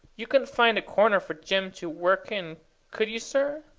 you couldn't find a corner for jim to work in could you, sir?